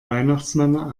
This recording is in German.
weihnachtsmänner